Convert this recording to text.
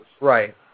Right